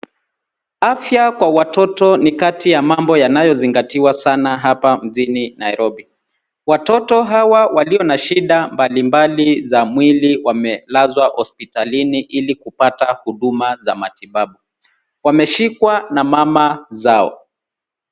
Afya kwa watoto ni kati ya mambo yanayozingatiwa sawa hapa mjini Nairobi. Watoto hawa walio na shida mbalimali za mwili wamelazwa hospitalini ili kupata huduma za matibabu. Wameshikwa na mama zao.